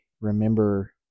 remember